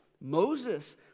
Moses